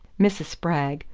mrs. spragg,